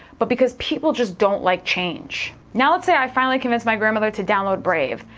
but because people just don't like change. now let's say i finally convinced my grandmother to download brave.